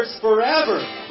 Forever